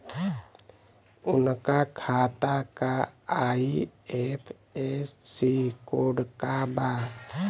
उनका खाता का आई.एफ.एस.सी कोड का बा?